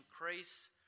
increase